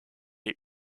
est